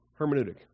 hermeneutic